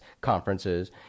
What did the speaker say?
conferences